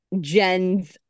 jen's